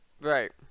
Right